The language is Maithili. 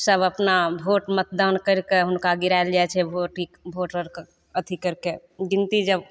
सभ अपना भोट मतदान करिके हुनका गिराएल जाइ छै भोट भोट आओर अथी करिके गिनती जब